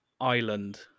island